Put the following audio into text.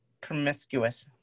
promiscuous